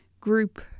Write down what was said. group